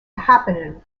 happening